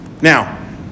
Now